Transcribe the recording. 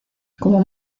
como